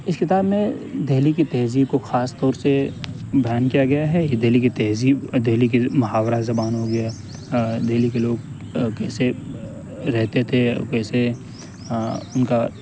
اس کتاب میں دہلی کی تہذیب کو خاص طور سے بیان کیا گیا ہے یہ دہلی کی تہذیب دہلی کی محاورہ زبان ہو گیا دہلی کے لوگ کیسے رہتے تھے اور کیسے ان کا